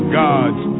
gods